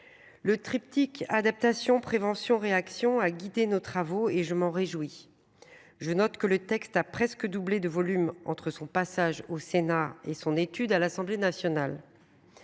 Le triptyque adaptation prévention réaction à guider nos travaux et je m'en réjouis. Je note que le texte a presque doublé de volume entre son passage au Sénat et son étude à l'Assemblée nationale.